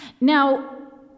Now